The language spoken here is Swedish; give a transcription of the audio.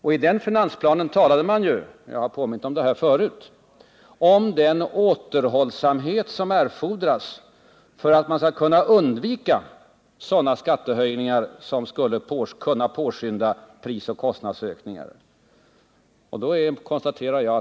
I den finansplanen talade man ju — jag har påmint om detta förut — om den återhållsamhet som erfordrades för att man skulle kunna undvika sådana skattehöjningar som skulle kunna påskynda prisoch kostnadsökningar.